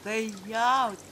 tai jautis